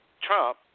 Trump